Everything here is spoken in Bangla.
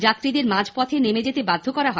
যাত্রীদের মাঝপথে নেমে যেতে বাধ্য করা হয়